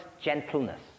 gentleness